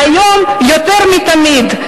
והיום, יותר מתמיד,